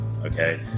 okay